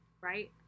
right